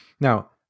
Now